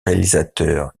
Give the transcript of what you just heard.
réalisateurs